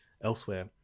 elsewhere